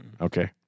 Okay